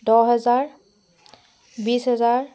দহ হেজাৰ বিশ হেজাৰ